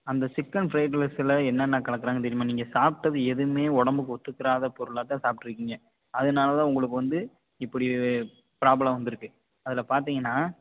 அந்த chicken fried ரைஸில் என்னென்ன கலக்கிறாங்கன்னு தெரியுமா நீங்கள் சாப்பிட்டது எதுவுமே உடம்புக்கு ஒத்துக்கிறாத பொருளாக தான் சாப்பிட்ருக்கிங்க அதனால் தான் உங்களுக்கு வந்து இப்படி ப்ராப்ளம் வந்திருக்கு அதில் பார்த்தீங்கன்னா